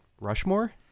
Rushmore